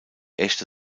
echte